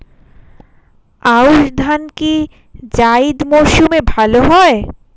আউশ ধান কি জায়িদ মরসুমে ভালো হয়?